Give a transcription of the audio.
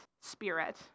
spirit